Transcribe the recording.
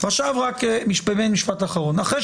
עכשיו רק משפט אחרון,